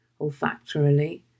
olfactorily